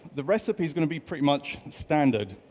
the recipe is going to be pretty much standard.